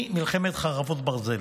היא מלחמת חרבות ברזל,